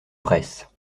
presse